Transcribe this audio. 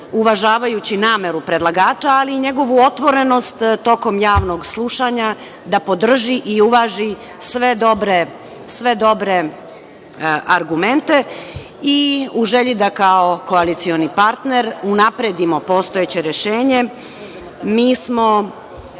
uvažavajući nameru predlagača, ali i njegovu otvorenost tokom javnog slušanja da podrži i uvaži sve dobre argumente, i u želji da, kao koalicioni partner unapredimo postojeće rešenje, mi smo